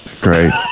Great